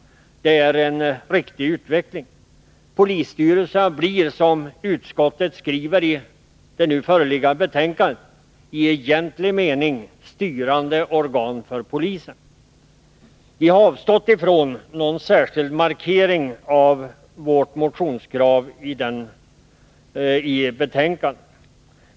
Det är en riktig utveckling. Polisstyrelserna blir, som utskottet skriver i det föreliggande betänkandet, i egentlig mening styrande organ för polisen. Vi har avstått från någon särskild markering av vårt motionskrav i betänkandet.